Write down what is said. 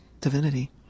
divinity